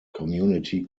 community